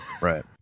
Right